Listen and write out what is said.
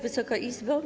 Wysoka Izbo!